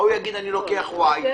ההוא יגיד: אני לוקח Y,